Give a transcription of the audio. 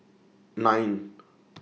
nine